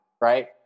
right